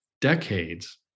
decades